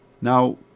Now